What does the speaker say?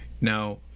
Now